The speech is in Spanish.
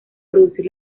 producir